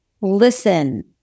Listen